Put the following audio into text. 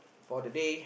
for the day